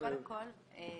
קודם כל,